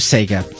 Sega